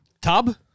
Tub